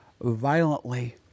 violently